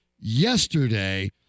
yesterday